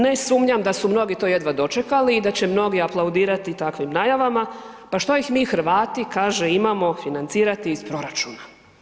Ne sumnjam da su mnogi to jedva dočekali i da će mnogi aplaudirati takvim najavama, pa što ih mi Hrvati kaže imamo financirati iz proračuna.